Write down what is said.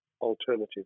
alternative